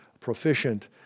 proficient